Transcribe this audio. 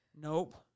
nope